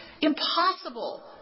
Impossible